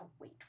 wait